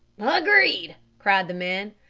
agreed, cried the men.